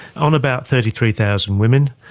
on about thirty three thousand women,